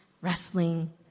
wrestling